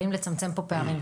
באים לצמצם פה פערים,